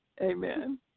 Amen